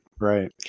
Right